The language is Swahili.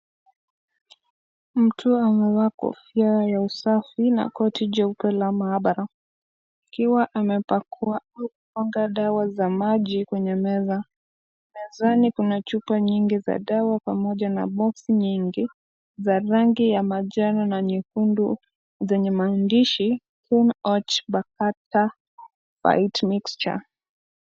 Mtu amevaa kofia ya usafi na koti jeupe la maabara, akiwa amepakua na kupanga dawa za maji kwenye meza. Mezani kuna chupa nyingi za dawa pamoja na box nyingi, za rangi ya manjano na nyekundu zenye maandishi Kenoch Bakta Fight Mixture.